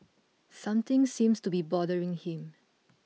something seems to be bothering him